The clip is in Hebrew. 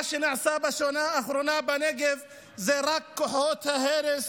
מה שנעשה בשנה האחרונה בנגב הוא רק תופעות ההרס,